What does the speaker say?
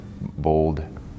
bold